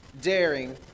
daring